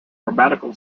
grammatical